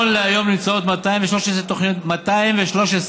נכון להיום נמצאות 213, 213,